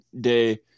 day